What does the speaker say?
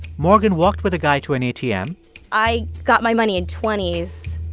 morgan walked with the guy to an atm i got my money in twenty s,